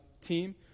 team